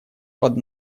под